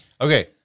Okay